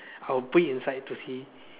I'll put it inside to see